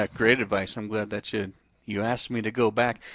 ah great advice. i'm glad that you you asked me to go back.